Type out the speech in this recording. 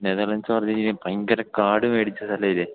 നെതർലാൻഡ്സെന്ന് പറഞ്ഞുകഴിഞ്ഞാല് ഭയങ്കരം കാര്ഡ് മേടിച്ച സ്ഥലമില്ലേ